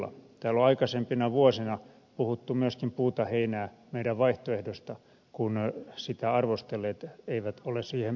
täällä on aikaisempina vuosina puhuttu myöskin puuta heinää meidän vaihtoehdostamme kun sitä arvostelleet eivät ole siihen perehtyneet